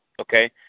okay